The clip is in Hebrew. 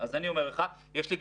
אני אומר שיש כאן